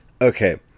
okay